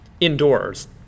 indoors